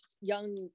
young